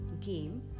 game